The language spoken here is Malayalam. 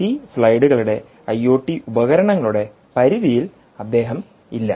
ഈ സ്ലൈഡുകളുടെഐഒടി ഉപകരണങ്ങളുടെ പരിധിയിൽ അദ്ദേഹം ഇല്ല